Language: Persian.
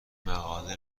مقاله